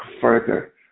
further